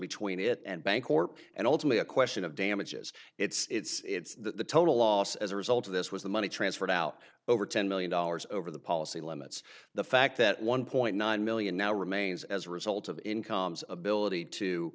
between it and bancorp and ultimately a question of damages it's the total loss as a result of this was the money transferred out over ten million dollars over the policy limits the fact that one point nine million now remains as a result of incomes ability to